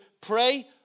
pray